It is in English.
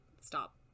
stop